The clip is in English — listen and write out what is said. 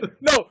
no